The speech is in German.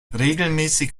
regelmäßig